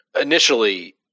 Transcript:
initially